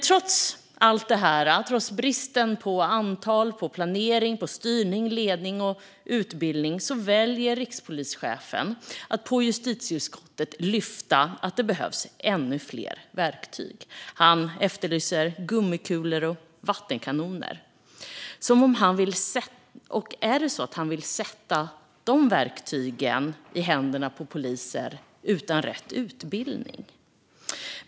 Trots allt detta, trots bristerna vad gäller antal, planering, styrning, ledning och utbildning, valde rikspolischefen att på justitieutskottet lyfta upp att det behövs ännu fler verktyg. Han efterlyste gummikulor och vattenkanoner. Vill han sätta de verktygen i händerna på poliser utan rätt utbildning?